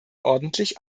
ordentlich